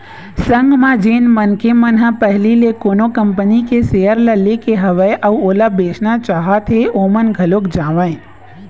संग म जेन मनखे मन ह पहिली ले कोनो कंपनी के सेयर ल ले हवय अउ ओला बेचना चाहत हें ओमन घलोक जावँय